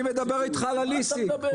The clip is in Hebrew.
אני מדבר אתך על הליסינג.